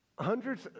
hundreds